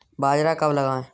बाजरा कब लगाएँ?